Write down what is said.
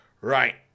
Right